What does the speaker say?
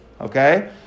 Okay